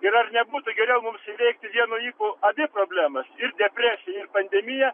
ir ar nebūtų geriau mums įveikti vienu ypu abi problemas ir depresiją ir pandemiją